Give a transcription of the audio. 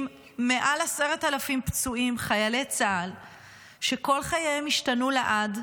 עם מעל 10,000 פצועים חיילי צה"ל שכל חייהם השתנו לעד,